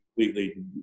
completely